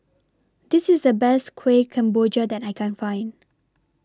This IS The Best Kueh Kemboja that I Can Find